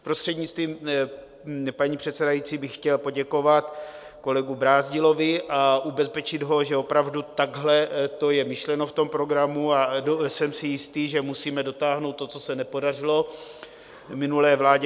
Prostřednictvím paní předsedající bych chtěl poděkovat kolegu Brázdilovi a ubezpečit ho, že opravdu takhle to je myšleno v tom programu, a jsem si jistý, že musíme dotáhnout to, co se nepodařilo minulé vládě.